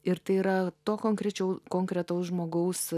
ir tai yra to konkrečiau konkretaus žmogaus